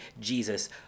jesus